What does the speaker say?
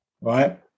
right